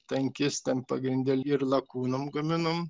tankistam pagrinde ir lakūnam gaminom